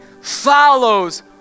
follows